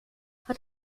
hat